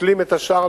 נשלים את השאר.